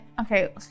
Okay